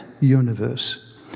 universe